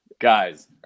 guys